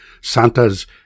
santa's